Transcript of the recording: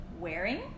wearing